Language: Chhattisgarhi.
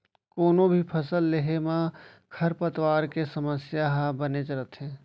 कोनों भी फसल लेहे म खरपतवार के समस्या ह बनेच रथे